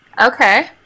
Okay